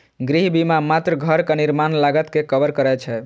गृह बीमा मात्र घरक निर्माण लागत कें कवर करै छै